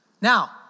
Now